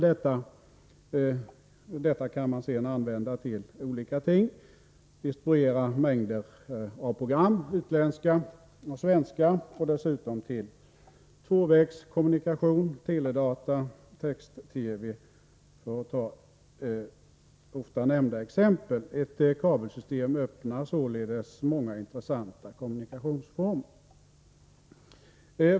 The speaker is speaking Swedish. Detta kan användas till att distribuera mängder av program, utländska och svenska, till tvåvägskommunikation, teledata, text-TV etc. Ett kabelsystem öppnar således många intressanta kommunikationsformer.